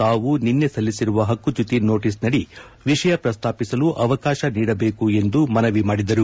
ತಾವು ನಿನ್ನೆ ಸಲ್ಲಿಸಿರುವ ಪಕ್ಷುಚ್ಚುತಿ ನೋಟಸ್ ನಡಿ ವಿಷಯ ಪ್ರಸ್ತಾಪಿಸಲು ಅವಕಾಶ ನೀಡಬೇಕು ಎಂದು ಮನವಿ ಮಾಡಿದರು